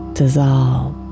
dissolve